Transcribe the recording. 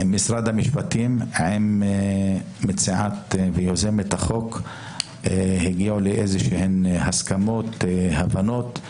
משרד המשפטים עם המציעה ויוזמת החוק הגיעו להסכמות ולהבנות.